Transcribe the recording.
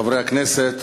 חברי הכנסת,